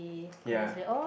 ya